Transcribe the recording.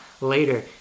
later